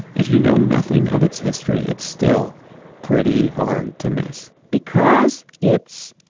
if you know nothing of its history its still pretty hard to miss. because it's,